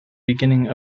beginning